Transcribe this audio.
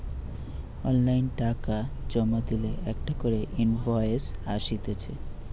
online টাকা জমা দিলে একটা করে ইনভয়েস আসতিছে